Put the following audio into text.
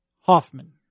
Hoffman